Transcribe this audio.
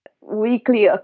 weekly